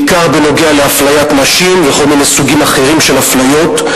בעיקר בנוגע לאפליית נשים וכל מיני סוגים אחרים של אפליות.